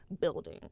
building